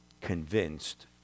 Convinced